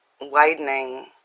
widening